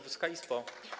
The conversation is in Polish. Wysoka Izbo!